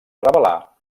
revelà